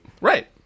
Right